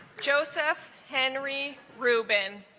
joseph henry reuben